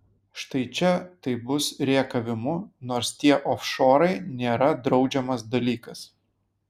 štai čia tai bus rėkavimų nors tie ofšorai nėra draudžiamas dalykas